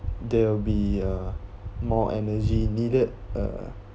there will be a more energy needed uh